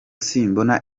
simbona